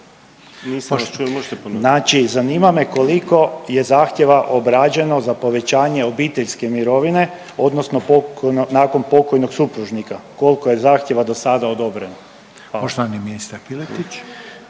zanima me koliko je zahtjeva obrađeno za povećanje obiteljske mirovine, odnosno nakon pokojnog supružnika. Koliko je zahtjeva do sada odobreno?